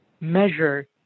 measure